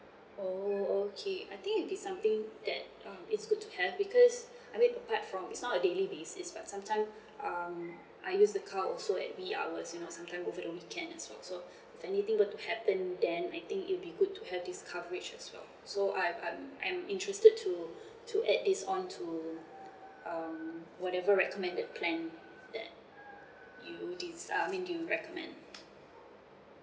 oh okay I think it will be something that uh is good to have because I mean apart from this is not a daily basis but sometimes um I use the car also at wee hours you know sometime over the weekend as well so if anything were to happen then I think it will be good to have this coverage as well so I'm I'm I'm interested to to add this on to um whatever recommended plan that you de~ uh I mean you recommend